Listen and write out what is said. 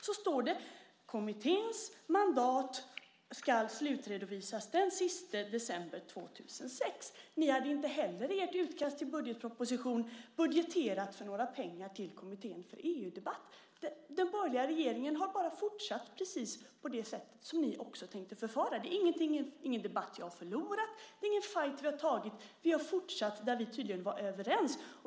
Det står: Kommitténs mandat ska slutredovisas den sista december 2006. Ni hade inte heller i ert utkast till budgetproposition budgeterat för några pengar till Kommittén för EU-debatt. Den borgerliga regeringen har bara fortsatt precis på det sätt som ni också hade tänkt förfara. Det är ingen debatt jag har förlorat. Det är ingen fajt vi har tagit. Vi har fortsatt där vi tydligen var överens.